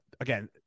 again